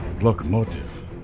locomotive